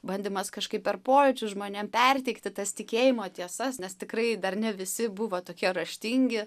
bandymas kažkaip per pojūčius žmonėm perteikti tas tikėjimo tiesas nes tikrai dar ne visi buvo tokie raštingi